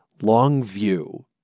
Longview